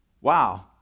Wow